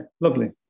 lovely